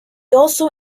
also